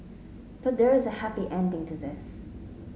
but there is a happy ending to this